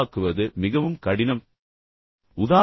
நல்ல பழக்கங்களை உருவாக்குவது மிகவும் கடினம் என்று நான் சொன்னேன்